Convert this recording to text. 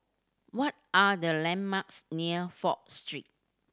what are the landmarks near Fourth Street